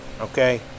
Okay